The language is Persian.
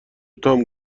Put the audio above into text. تام